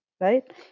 right